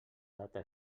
data